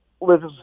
lives